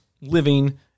living